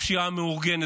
הפשיעה המאורגנת.